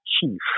chief